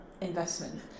investment